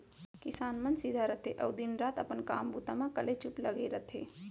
किसान मन सीधा रथें अउ दिन रात अपन काम बूता म कलेचुप लगे रथें